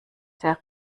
der